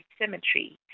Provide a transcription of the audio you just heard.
symmetry